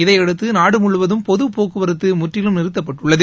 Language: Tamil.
இதையடுத்து நாடு முழுவதும் பொது போக்குவரத்து முற்றிலும் நிறுத்தப்பட்டுள்ளது